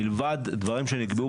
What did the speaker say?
מלבד דברים שנקבעו